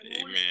Amen